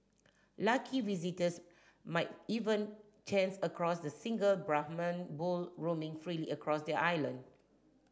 lucky visitors might even chance across the single Brahman bull roaming freely across the island